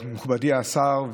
מכובדי השר,